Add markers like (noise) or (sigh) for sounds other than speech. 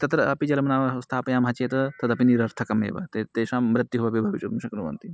तत्र अपि जलं नाम स्थापयामः चेत् तदपि निरर्थकम् एव ते तेषां मृत्युः अपि भवितुं (unintelligible) शक्नुवन्ति